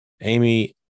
Amy